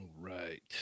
right